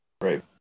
right